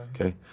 Okay